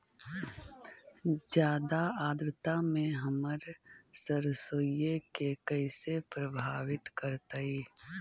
जादा आद्रता में हमर सरसोईय के कैसे प्रभावित करतई?